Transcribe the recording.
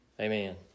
amen